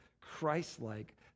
Christ-like